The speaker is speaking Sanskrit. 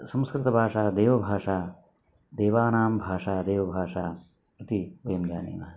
संस्कृतभाषा देवभाषा देवानां भाषा देवभाषा इति वयं जानीमः